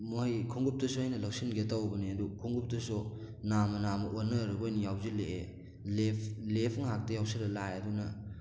ꯃꯣꯏ ꯈꯣꯡꯎꯞꯇꯨꯁꯨ ꯑꯩꯅ ꯂꯧꯁꯤꯟꯒꯦ ꯇꯧꯕꯅꯦ ꯑꯗꯨ ꯈꯣꯡꯎꯞꯇꯨꯁꯨ ꯅꯥꯝꯃ ꯅꯥꯝꯃ ꯑꯣꯟꯅꯔꯒ ꯑꯣꯏꯅ ꯌꯥꯎꯁꯤꯜꯂꯛꯑꯦ ꯂꯦꯐ ꯂꯦꯐ ꯉꯥꯛꯇ ꯌꯥꯎꯁꯜꯂ ꯂꯥꯛꯑꯦ ꯑꯗꯨꯅ